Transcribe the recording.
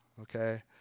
okay